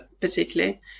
particularly